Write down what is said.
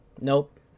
Nope